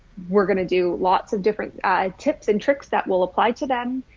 we're going to do lots of different tips and tricks that will apply to them.